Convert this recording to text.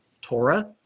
Torah